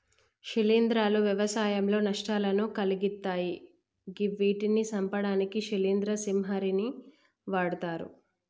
శిలీంద్రాలు వ్యవసాయంలో నష్టాలను కలిగిత్తయ్ గివ్విటిని సంపడానికి శిలీంద్ర సంహారిణిని వాడ్తరు